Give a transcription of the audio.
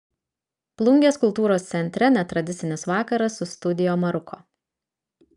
plungės kultūros centre netradicinis vakaras su studio maruko